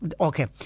okay